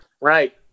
right